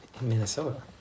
Minnesota